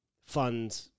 fund